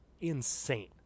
insane